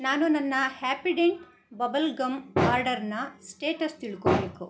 ನಾನು ನನ್ನ Happydent bubble gum ಆರಡರ್ನ ಸ್ಟೇಟಸ್ ತಿಳ್ಕೊಳ್ಬೇಕು